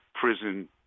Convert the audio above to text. prison